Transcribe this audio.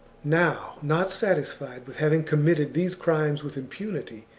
now, not satisfied with having committed these crimes with impunity,